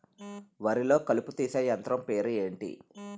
వరి లొ కలుపు తీసే యంత్రం పేరు ఎంటి?